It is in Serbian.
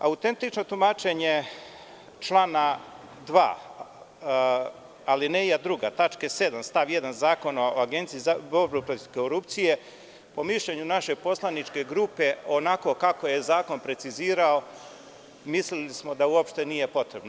Autentično tumačenje člana 2. alineja 2 tačke 7. stav 1. Zakona o Agenciji za borbu protiv korupcije po mišljenju naše poslaničke grupe onako kako je zakon precizirao mislili smo da uopšte nije potrebno.